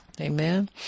Amen